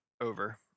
over